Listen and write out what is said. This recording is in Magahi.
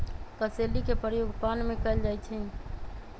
कसेली के प्रयोग पान में कएल जाइ छइ